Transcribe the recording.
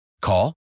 Call